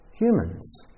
humans